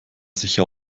sicher